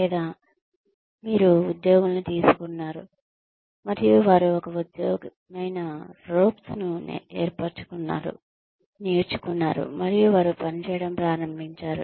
లేదా మీరు ఉద్యోగులను తీసుకున్నారు మరియు వారు ఒక విధమైన రోప్స్ ను నేర్చుకున్నారు మరియు వారు పనిచేయడం ప్రారంభించారు